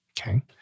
okay